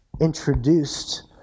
introduced